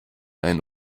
ein